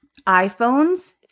iPhones